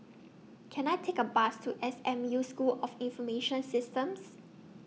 Can I Take A Bus to S M U School of Information Systems